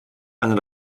einer